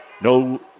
No